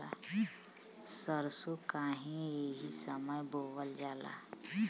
सरसो काहे एही समय बोवल जाला?